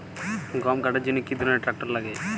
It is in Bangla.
গম কাটার জন্য কি ধরনের ট্রাক্টার লাগে?